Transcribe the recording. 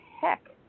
heck